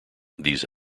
these